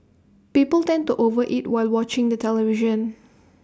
people tend to over eat while watching the television